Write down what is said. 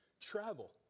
travel